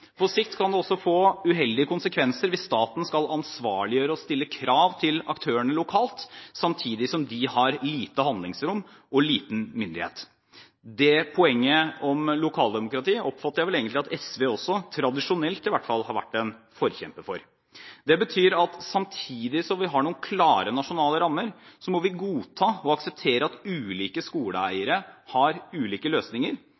På sikt kan det også få uheldige konsekvenser hvis staten skal ansvarliggjøre og stille krav til aktørene lokalt, samtidig som de har lite handlingsrom og liten myndighet. Det poenget om lokaldemokrati oppfatter jeg vel egentlig at SV også, i hvert fall tradisjonelt, har vært en forkjemper for. Det betyr at samtidig som vi har noen klare nasjonale rammer, må vi godta og akseptere at ulike skoleeiere har ulike løsninger,